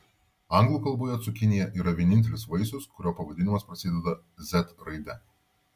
anglų kalboje cukinija yra vienintelis vaisius kurio pavadinimas prasideda z raide